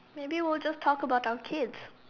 maybe we will just talk about our kids